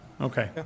okay